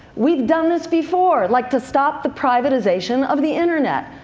we've done this before, like to stop the privatization of the internet.